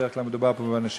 בדרך כלל מדובר פה באנשים,